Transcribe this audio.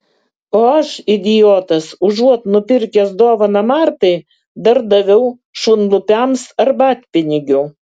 o aš idiotas užuot nupirkęs dovaną martai dar daviau šunlupiams arbatpinigių